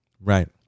right